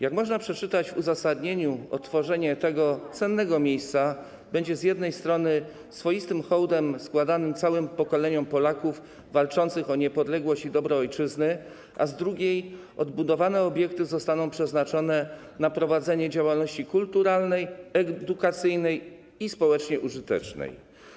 Jak można przeczytać w uzasadnieniu, odtworzenie tego cennego miejsca będzie z jednej strony swoistym hołdem składanym całym pokoleniom Polaków walczących o niepodległość i dobro ojczyzny, a z drugiej odbudowane obiekty zostaną przeznaczone na prowadzenie działalności kulturalnej, edukacyjnej i społecznie użytecznej.